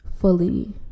fully